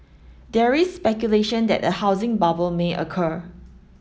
there is speculation that a housing bubble may occur